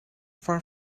far